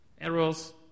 errors